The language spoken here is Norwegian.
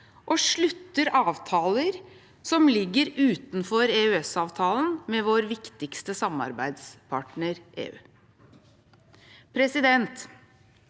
og slutter avtaler som ligger utenfor EØS-avtalen, med vår viktigste samarbeidspartner, EU. Det